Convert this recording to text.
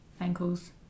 ankles